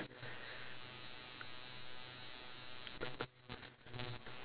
we could circle the right hand side and say that's another difference